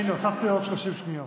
הינה, הוספתי לו עוד 30 שניות.